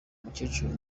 umukecuru